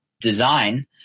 design